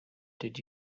did